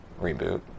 reboot